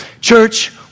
Church